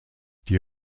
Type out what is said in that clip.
die